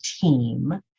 team